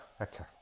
Okay